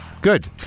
Good